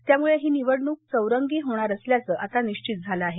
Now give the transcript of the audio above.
त्यामुळे ही निवडणूक चौरंगीच होणार असल्याचं निश्वित झालं आहे